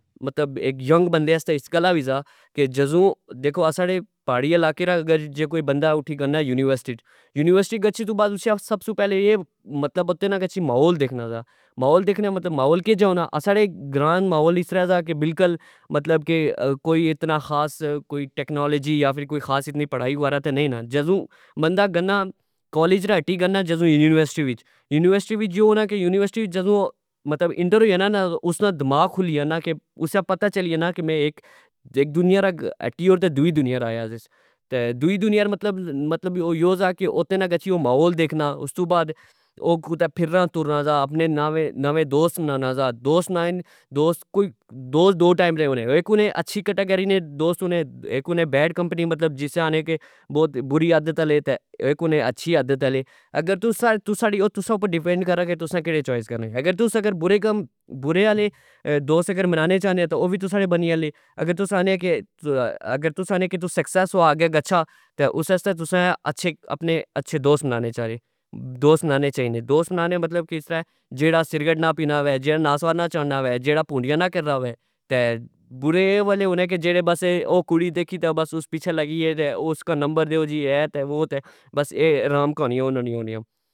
مطلب اک ینگ بندے واستے اس گلہ وی سا کہ جذو دیکھو اسانے پاری علاقے وچ جدو کوئی بندا اٹی گلنا یونیورسٹی اچ یونیورسٹی گچھی تہ اسکی استو بعد اسی سب سو پہلے اے مطلب اے کہ محول دیکھنا سا محول دیکھنا مطلب محول کہ جا ہونا ساڑے گراہ نا محول اسرہ سا کہ بلکل کوئی اتنا خاص کوئی ٹیکنالوجی کوئی اتنی خاص پڑھائی وغیرا تہ نئی نا جذو بندا گنا کولج ریٹی گنا جدو یونیورسٹی وچ یونیورسٹی وچ یو ہونا جدو اینٹر ہوئی جنا نا اسنا دماغ کھلی جانا اسنا پتا چلی جانا کہ میں اک دنیا اٹی اور تہ دوئی دنیا رائیا ریس دوئی دنیا مطلب یو سا کہ اتھے نا گچھی او محول ویکھنا استو بعد او اتھہ پھرنا سا اپنے نوے دوست بنانا سا دوست بنائے <>دوست دو کیٹاگری نے ہونے اک ہونے اچھی کیٹاگری نے دوست ہونے اک ہونے بیڈ کمپنی جس نا آکھنے کہ بوت بری عادت آلے اک ہونے اچھی عادت آلے اگر تسا او تسا اپر ڈیپینڈ کرنا کہ تسا کیڑے چوائس کرنے اگر تسا برے کم برے آلے دوست بنانے چاہنے او تہ او وی تسا نے بنی جانے اگر تساں آخنے او کہ تساسکسیس او آگے گچھا اس واسطہ تسا آکہ اچھے دوست بنانے چائی نے دوست بنانے مطلب اسرہ جیڑا سیگرٹ نا پینا وہہجیڑا ناسوار نا چانا وہہ جیڑا پونڈیا نا کرنا وہہتہ برے اے والے ہونے کہ اہہ کڑی ویکھی تہ اس پچھہ لگی گئے جی اہ تہ وہ تہ بس رام کانیا انا نیا ہونیا